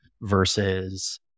versus